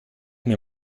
mir